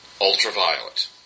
Ultraviolet